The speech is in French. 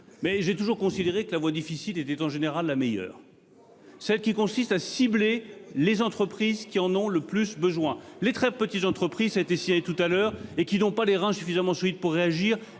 mais j'ai toujours considéré que la voie difficile étaient en général la meilleure. Celle qui consiste à cibler les entreprises qui en ont le plus besoin, les très petites entreprises a été signé et tout à l'heure et qui n'ont pas les reins suffisamment solides pour réagir.